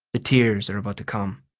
the tears are about to come.